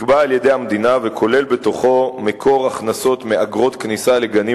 נקבע על-ידי המדינה וכולל בתוכו מקור הכנסות מאגרות כניסה לגנים